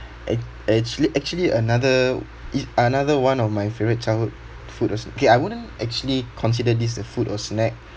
act~ actually actually another i~ another one of my favourite childhood food or s~ K I won't actually consider this a food or snack